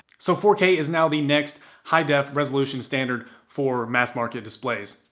so four k is now the next high-def resolution standard for mass market displays.